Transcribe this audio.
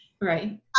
Right